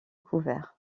couvert